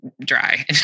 dry